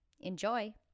Enjoy